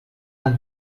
del